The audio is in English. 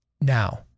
Now